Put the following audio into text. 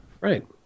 Right